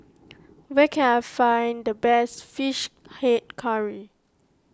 where can I find the best Fish Head Curry